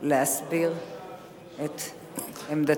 להסביר את עמדתו.